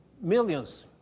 millions